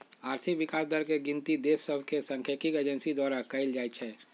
आर्थिक विकास दर के गिनति देश सभके सांख्यिकी एजेंसी द्वारा कएल जाइ छइ